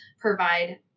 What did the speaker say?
provide